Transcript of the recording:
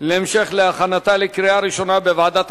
לפדויי שבי (תיקון,